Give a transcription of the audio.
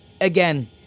again